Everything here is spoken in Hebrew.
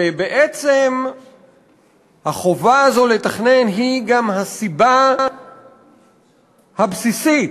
ובעצם החובה הזאת לתכנן היא גם הסיבה הבסיסית